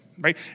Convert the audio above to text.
right